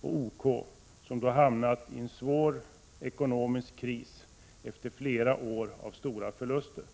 och OK, som då hamnat i en svår ekonomisk kris efter flera år med stora förluster.